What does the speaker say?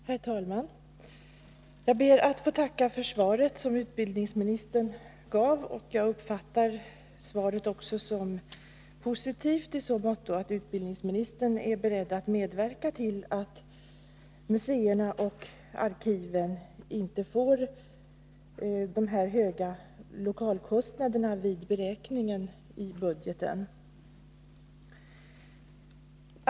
Herr talman! Jag ber att få tacka för svaret som utbildningsministern gav. Jag uppfattar också svaret som positivt i så måtto att utbildningsministern är beredd att medverka till att museerna och arkiven inte belastas med orimligt höga lokalkostnader vid budgetberäkningen.